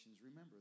Remember